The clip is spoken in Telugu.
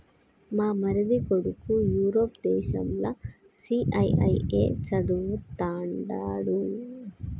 మా మరిది కొడుకు యూరప్ దేశంల సీఐఐఏ చదవతండాడు